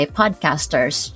podcasters